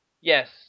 Yes